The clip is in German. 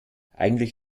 eigentlich